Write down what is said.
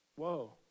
whoa